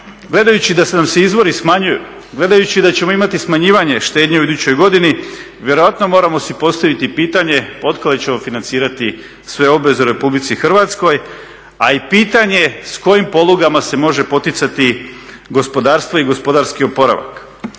gledajući da ćemo imati smanjivanje štednje u idućoj godini vjerojatno moramo si postaviti pitanje od kuda ćemo financirati sve obveze u RH, a i pitanje s kojim polugama se može poticati gospodarstvo i gospodarski oporavak.